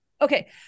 okay